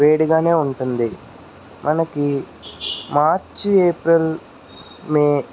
వేడిగానే ఉంటుంది మనకి మార్చి ఏప్రిల్ మే